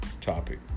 topic